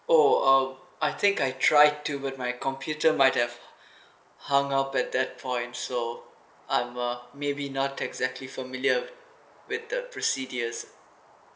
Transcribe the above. oh um I think I tried do with my computer my hung up at that point so I'm uh maybe not exactly familiar with the procedures